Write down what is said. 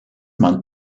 month